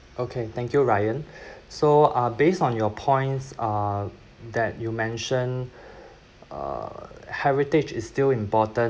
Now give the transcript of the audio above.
okay thank you ryan so uh based on your points uh that you mentioned uh heritage is still important